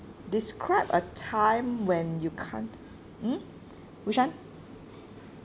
describe a time when you can't mm which one